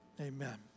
amen